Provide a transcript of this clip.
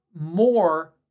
more